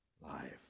life